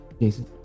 Jason